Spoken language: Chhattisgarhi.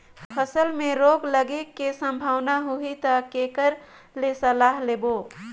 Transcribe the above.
फसल मे रोग लगे के संभावना होही ता के कर ले सलाह लेबो?